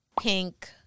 pink